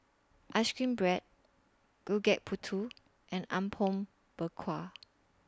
Ice Cream Bread Gudeg Putih and Apom Berkuah